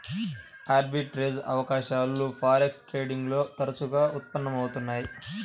arbitrage అవకాశాలు forex trading లో తరచుగా ఉత్పన్నం అవుతున్నయ్యి